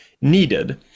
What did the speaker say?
needed